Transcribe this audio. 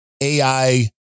AI